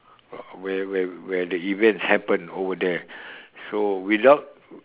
uh where where where the events happen over there so without